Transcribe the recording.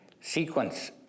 sequence